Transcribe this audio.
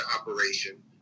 operation